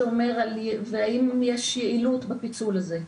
והאם יש יעילות בפיצול הזה.